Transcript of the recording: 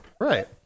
Right